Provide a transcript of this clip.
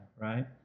right